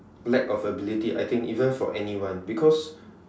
lack of ability I think even for anyone because